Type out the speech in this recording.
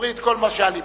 תאמרי את כל מה שעל לבך.